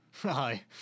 Hi